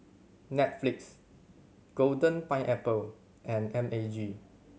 Netflix Golden Pineapple and M A G